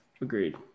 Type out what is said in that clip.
Agreed